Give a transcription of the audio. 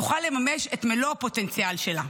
תוכל לממש את מלוא הפוטנציאל שלה.